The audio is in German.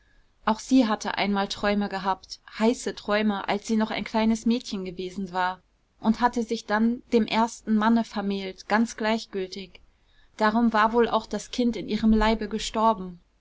auch sie hatte einmal träume gehabt heiße träume als sie noch ein kleines mädchen gewesen war und hatte sich dann dem ersten manne vermählt ganz gleichgültig darum war wohl auch das kind in ihrem leibe gestorben